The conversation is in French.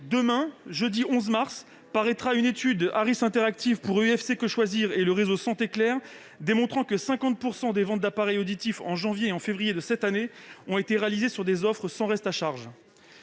Demain, jeudi 11 mars, paraîtra une étude Harris Interactive pour l'UFC-Que choisir et le réseau Santéclair montrant que 50 % des ventes d'appareils auditifs réalisées en janvier et en février de cette année ont porté sur des offres sans reste à charge.